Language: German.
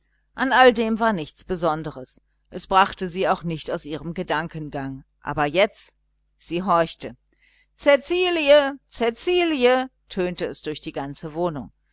an all dem war nichts besonderes es brachte sie nicht aus ihrem gedankengang aber jetzt sie horchte cäcilie cäcilie tönte es durch die ganze wohnung